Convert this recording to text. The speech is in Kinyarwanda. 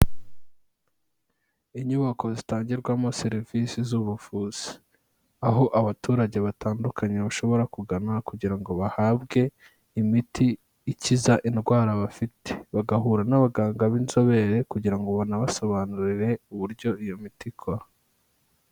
Inyubako zitangirwamo serivisi z'ubuvuzi, aho abaturage batandukanye bashobora kugana kugira ngo bahabwe imiti ikiza indwara bafite, bagahura n'abaganga b'inzobere kugira ngo banabasobanurire uburyo iyo miti ikora.